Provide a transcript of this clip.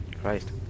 Christ